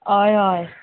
हय हय